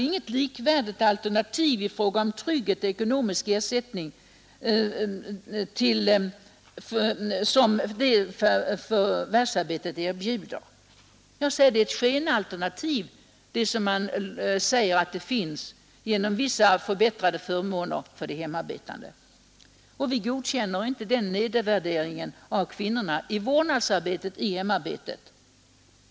Det finns alltså inte något likvärdigt alternativ till förvärvsarbetet i fråga om trygghet och ekonomisk ersättning. När man här talar om vissa förbättrade förmåner för de hemarbetande är det ett skenalternativ. Vi godkänner inte denna nedvärdering av kvinnorna i vårdnadsarbetet.